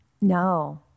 No